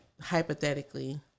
hypothetically